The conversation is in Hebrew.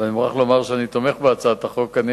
ואני מוכרח לומר שאני תומך בהצעת החוק, וגם אני